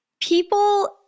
People